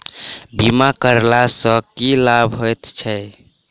बीमा करैला सअ की लाभ होइत छी?